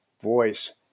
voice